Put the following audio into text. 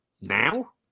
Now